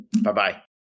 Bye-bye